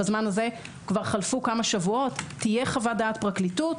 בזמן הזה כבר חלפו כמה שבועות תהיה חוות דעת פרקליטות,